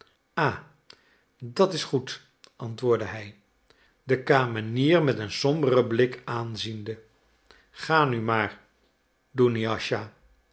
ah dat is goed antwoordde hij de kamenier met een somberen blik aanziende ga nu maar